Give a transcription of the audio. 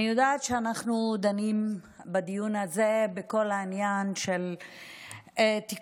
אני יודעת שאנחנו דנים בדיון הזה בכל העניין של תיקון